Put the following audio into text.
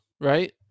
right